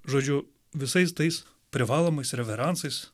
žodžiu visais tais privalomais reveransais